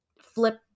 flip